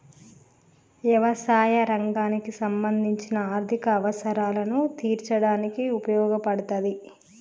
యవసాయ రంగానికి సంబంధించిన ఆర్ధిక అవసరాలను తీర్చడానికి ఉపయోగపడతాది